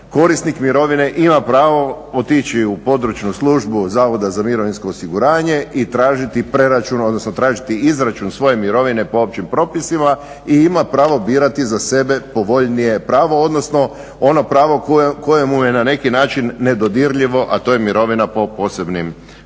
korisnik mirovine ima pravo otići u područnu službu zavoda za mirovinsko osiguranje i tražiti preračun, odnosno tražiti izračun svoje mirovine po općim propisima i ima pravo birati za sebe povoljnije pravo, odnosno ono pravo koje mu je na neki način nedodirljivo, a to je mirovina po posebnim propisima.